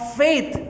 faith